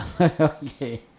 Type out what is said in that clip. Okay